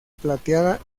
plateada